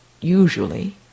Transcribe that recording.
usually